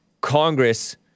Congress